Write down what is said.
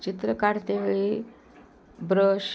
चित्र काढतेवेळी ब्रश